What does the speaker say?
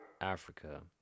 Africa